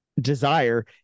desire